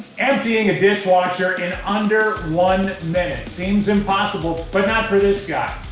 emptying a dishwasher in under one seems impossible, but not for this guy.